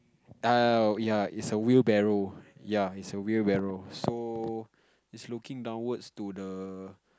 oh ya it's a wheel barrier ya it's a wheel barrier so it's looking downwards to the